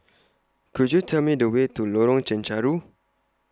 Could YOU Tell Me The Way to Lorong Chencharu